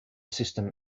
system